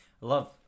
love